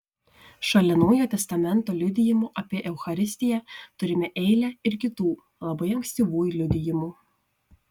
šalia naujo testamento liudijimų apie eucharistiją turime eilę ir kitų labai ankstyvų liudijimų